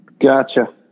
Gotcha